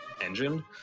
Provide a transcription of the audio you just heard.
engine